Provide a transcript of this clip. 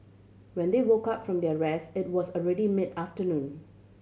when they woke up from their rest it was already mid afternoon